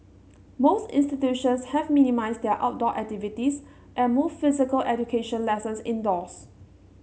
most institutions have minimised their outdoor activities and moved physical education lessons indoors